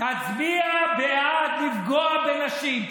תצביע בעד לפגוע בנשים,